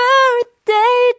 Birthday